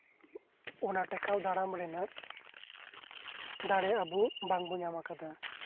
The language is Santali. ᱚᱱᱟ ᱴᱮᱠᱟᱣ ᱫᱟᱨᱟᱢ ᱨᱮᱱᱟᱜ ᱫᱟᱲᱮ ᱟᱵᱚ ᱵᱟᱝᱵᱚ ᱧᱟᱢ ᱟᱠᱟᱫᱟ